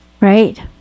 right